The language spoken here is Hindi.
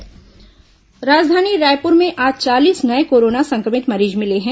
कोरोना मरीज राजधानी रायपुर में आज चालीस नये कोरोना संक्रमित मरीज मिले हैं